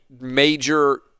major